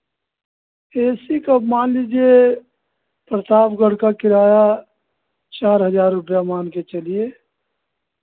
ए C का मान लीजिए प्रतापगढ़ का किराया चार हज़ार रुपैया मान के चलिए